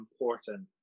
important